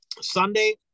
Sunday